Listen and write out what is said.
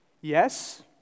yes